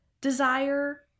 desire